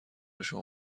شما